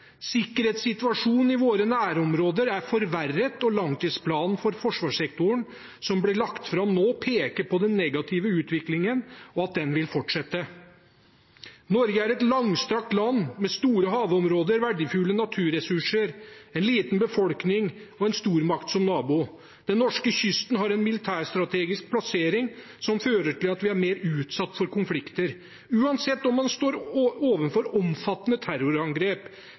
Sikkerhetssituasjonen i våre nærområder er forverret, og langtidsplanen for forsvarssektoren som ble lagt fram nå, peker på den negative utviklingen, og at den vil fortsette. Norge er et langstrakt land med store havområder, verdifulle naturressurser, en liten befolkning og en stormakt som nabo. Den norske kysten har en militærstrategisk plassering som fører til at vi er mer utsatt for konflikter. Uansett om man står overfor omfattende terrorangrep,